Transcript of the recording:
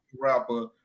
rapper